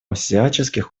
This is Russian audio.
всяческих